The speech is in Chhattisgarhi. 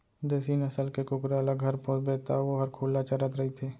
देसी नसल के कुकरा ल घर पोसबे तौ वोहर खुल्ला चरत रइथे